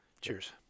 Cheers